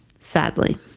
sadly